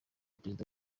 perezida